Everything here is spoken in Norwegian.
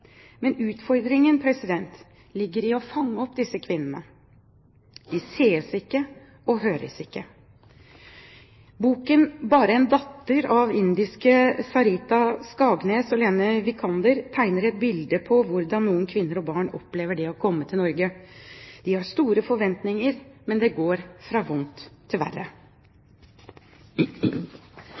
Men utfordringen ligger i å fange opp disse kvinnene. De ses ikke og høres ikke. Boken «Bare en datter» av indiske Sarita Skagnes og Lene Wikander tegner et bilde av hvordan noen kvinner og barn opplever det å komme til Norge. De har store forventninger, men det går fra vondt til